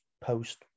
post